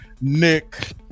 Nick